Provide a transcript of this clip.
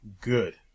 good